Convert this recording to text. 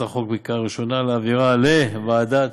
החוק בקריאה ראשונה ולהעבירה לוועדת,